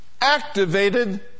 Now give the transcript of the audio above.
activated